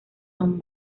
son